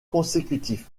consécutifs